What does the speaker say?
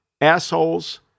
assholes